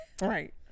right